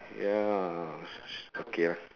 ya okay lah